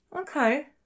Okay